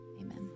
Amen